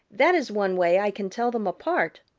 that is one way i can tell them apart.